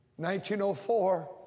1904